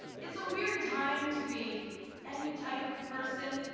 it's a weird time to be any type of person,